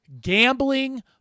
gambling